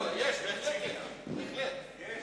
יש, יש עניין.